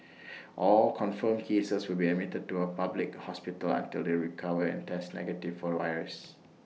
all confirmed cases will be admitted to A public hospital until they recover and test negative for the virus